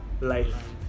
life